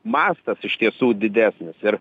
mastas iš tiesų didesnis ir